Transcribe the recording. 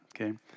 okay